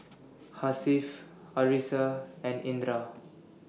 Hasif Arissa and Indra